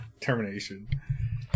Termination